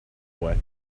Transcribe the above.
way